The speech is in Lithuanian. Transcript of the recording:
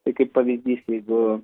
tai kaip pavyzdys jeigu